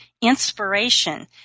inspiration